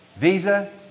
Visa